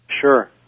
Sure